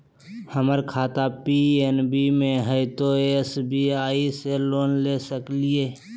हमर खाता पी.एन.बी मे हय, तो एस.बी.आई से लोन ले सकलिए?